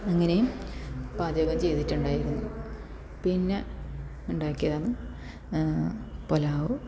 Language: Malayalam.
അങ്ങനെയും പാചകം ചെയ്തിട്ടുണ്ടായിരുന്നു പിന്നെ ഉണ്ടാക്കിയതാണ് പുലാവു